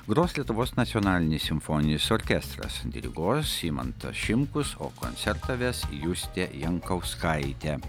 gros lietuvos nacionalinis simfoninis orkestras diriguos imantas šimkus o koncertą ves justė jankauskaitė